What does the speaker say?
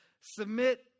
Submit